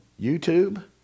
YouTube